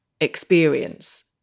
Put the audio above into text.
experience